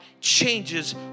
changes